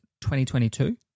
2022